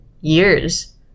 years